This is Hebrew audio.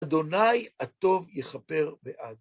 אדוני הטוב יכפר בעד.